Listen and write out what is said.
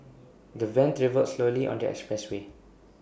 the van travelled slowly on the expressway